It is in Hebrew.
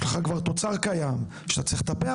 יש לך כבר תוצר קיים שאתה צריך לטפח